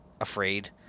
afraid